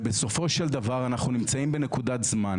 ובסופו של דבר אנחנו נמצאים בנקודת זמן